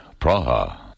Praha